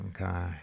okay